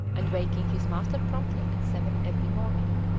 and waking his master promptly at seven every morning.